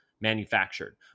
manufactured